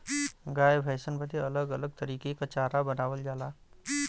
गाय भैसन बदे अलग अलग तरीके के चारा बनावल जाला